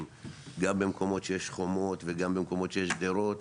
גם במקומות שיש חומות וגם במקומות ישי גדרות